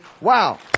Wow